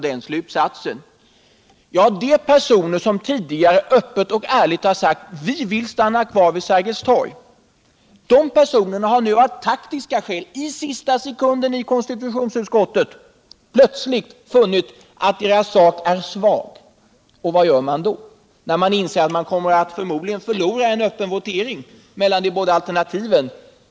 De personer som tidigare öppet och ärligt har sagt att ”vi vill stanna kvar vid Sergels torg” har nu i sista sekunden i konstitutionsutskottet funnit att deras sak är svag. Och vad gör man när man inser att man förmodligen kommer att förlora en votering mellan de båda alternativen?